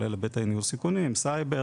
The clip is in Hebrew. שכוללת היבטים של ניהול סיכונים וסייבר,